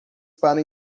para